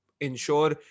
ensure